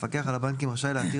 המפקח על הבנקים רשאי להתיר,